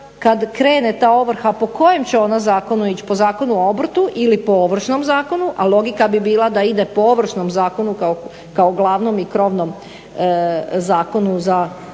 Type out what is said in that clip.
kad krene ta ovrha po kojem će ona zakonu ići, po Zakonu o obrtu ili po Ovršnom zakonu, a logika bi bila da ide po Ovršnom zakonu kao glavnom i krovnom zakonu za područje